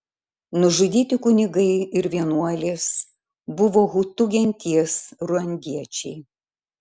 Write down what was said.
nužudyti kunigai ir vienuolės buvo hutu genties ruandiečiai